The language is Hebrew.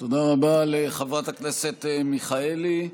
תודה רבה לחברת הכנסת מיכאלי.